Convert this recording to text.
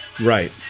Right